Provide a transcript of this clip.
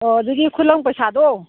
ꯑꯣ ꯑꯗꯒꯤ ꯈꯨꯠꯂꯪ ꯄꯩꯁꯥꯗꯣ